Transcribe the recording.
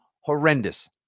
horrendous